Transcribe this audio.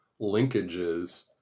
linkages